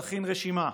נכין רשימה,